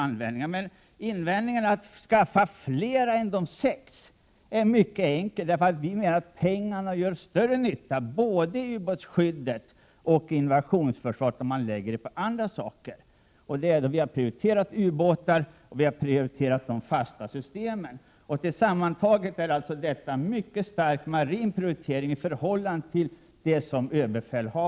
Men vi har invändningar mot att skaffa fler och menar att pengarna gör större nytta för både ubåtsskyddet och inom invasionsförsvar om man lägger dem på andra saker. Vi har prioriterat ubåtar och de fasta systemen. Sammantaget är detta en mycket stark marin prioritering av oss i förhållande till det som ÖB föreslog.